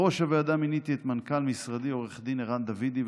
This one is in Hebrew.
בראש הועדה מיניתי את מנכ"ל משרדי עו"ד ערן דוידי,